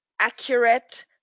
accurate